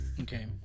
okay